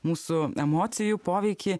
mūsų emocijų poveikį